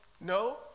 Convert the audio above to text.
No